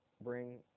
bring